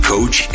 Coach